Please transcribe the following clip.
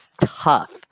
tough